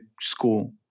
school